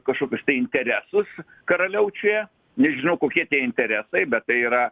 kažkokius interesus karaliaučiuje nežinau kokie tie interesai bet tai yra